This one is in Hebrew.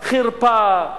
חרפה,